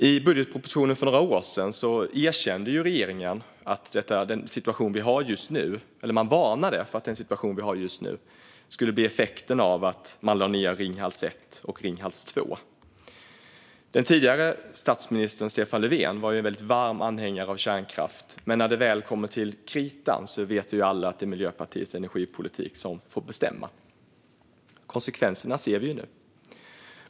I budgetpropositionen för några år sedan varnade regeringen för att den situation som vi har just nu skulle bli effekten av att man lade ned Ringhals 1 och Ringhals 2. Den tidigare statsministern Stefan Löfven var en väldigt varm anhängare av kärnkraft. Men när det väl kommer till kritan vet vi alla att det är Miljöpartiets energipolitik som får bestämma. Konsekvenserna ser vi nu.